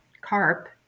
carp